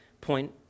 point